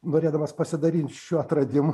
norėdamas pasidalint šiuo atradimu